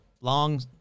long